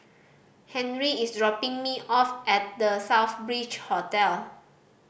Henry is dropping me off at The Southbridge Hotel